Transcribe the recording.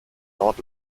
nord